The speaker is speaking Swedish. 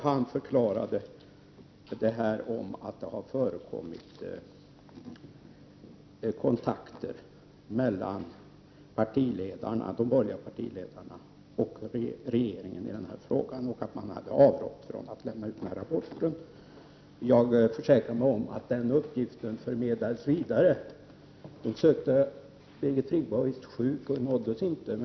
Han förklarade där att det hade förekommit kontakter mellan de borgerliga partiledarna och regeringen i den här frågan och att man hade avrått från att lämna ut rapporten. Jag försäkrade mig om att den uppgiften förmedlades vidare. Birgit Friggebo söktes, men hon var visst sjuk och nåddes inte.